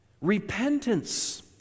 Repentance